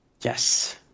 Yes